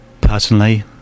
Personally